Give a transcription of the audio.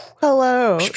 Hello